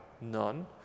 none